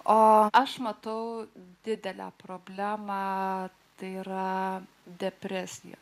o aš matau didelę problemą tai yra depresija